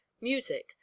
music